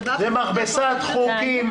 זה מכבסת חוקים,